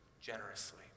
generously